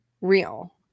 real